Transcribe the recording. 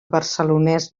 barcelonès